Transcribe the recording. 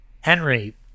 Henry